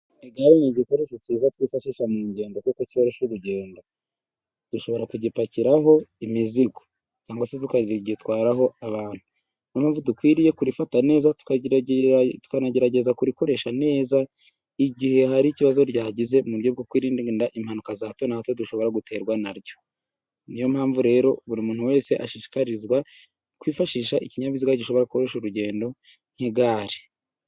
Igare ntigikiresho kiza twifashisha mu ngendo, kuko cya kurugenda dushobora kugitakiraho imizigo cyangwa sekagitwaraho abantu, mpamvu dukwiriye kurifata neza tukagira tukanagerageza kurikoresha neza, igihe hari ikibazo gihagize mu buryo bwo kwirinda impanuka za hato na hato dushobora guterwa naryo, niyo mpamvu rero buri muntu wese ashishikarizwa kwifashisha ikinyabiziga gishobora gukoresha urugendo nk'igare.